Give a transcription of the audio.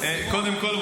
קודם כול,